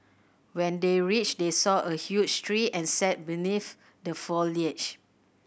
when they reached they saw a huge tree and sat beneath the foliage